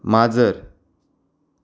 माजर